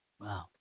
Wow